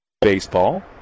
baseball